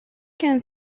can